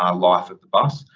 ah life of the bus.